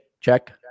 check